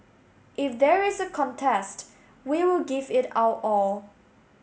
if there is a contest we will give it our all